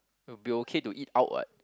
it'll be okay to eat out what